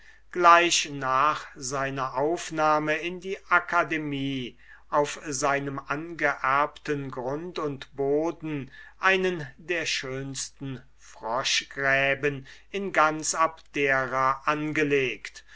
gleich nach seiner aufnahme in die akademie auf seinem angeerbten grund und boden einen der schönsten froschgräben in ganz abdera angelegt